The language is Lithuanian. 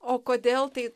o kodėl tai